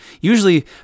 usually